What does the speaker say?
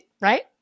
Right